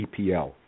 EPL